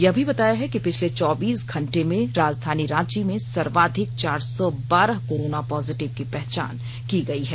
यह भी बताया है कि पिछले चौबीस घंटों में राजधानी रांची में सर्वाधिक चार सौ बारह कोरोना पॉजिटिव की पहचान की गयी है